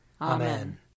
Amen